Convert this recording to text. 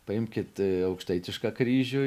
paimkit aukštaitišką kryžių